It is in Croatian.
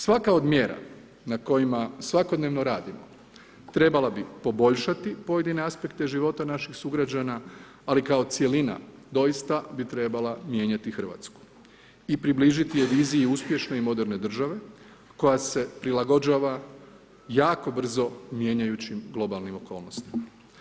Svaka od mjera, na kojima svakodnevno radimo, trebala bi poboljšati pojedine aspekte života naših sugrađana, ali kao cjelina, doista, bi trebala mijenjati Hrvatsku i približiti viziju uspješne i moderne države, koja se prilagođava jako brzo mijenjajući globalnim okolnostima.